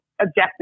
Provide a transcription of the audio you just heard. objective